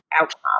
outcome